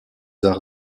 arts